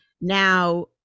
now